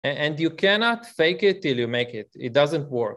And you cannot fake it till you make it, it doesn't work.